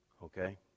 Okay